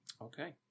Okay